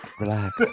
Relax